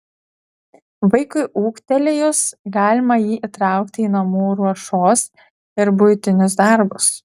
vaikui ūgtelėjus galima jį įtraukti į namų ruošos ir buitinius darbus